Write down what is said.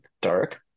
dark